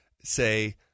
say